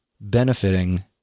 benefiting